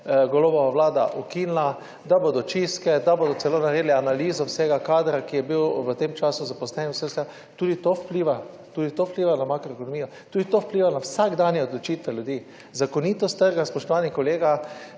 ukrepe Golobova Vlada ukinila, da bodo čiste, da bodo celo naredili analizo vsega kadra, ki je bil v tem času zaposlen v / nerazumljivo/. Tudi to vpliva, tudi to vpliva na makroekonomijo. Tudi to vpliva na vsakdanje odločitve ljudi. Zakonitost trga, spoštovani kolega,